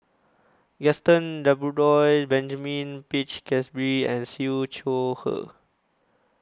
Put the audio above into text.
Gaston Dutronquoy Benjamin Peach Keasberry and Siew Shaw Her